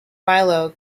milo